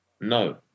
no